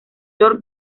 york